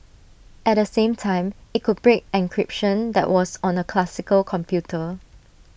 at the same time IT could break encryption that was on A classical computer